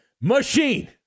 machine